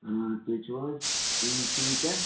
تُہۍ چھُو حظ ٹیٖچر